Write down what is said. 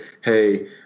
hey